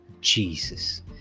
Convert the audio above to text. Jesus